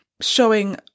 showing